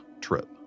trip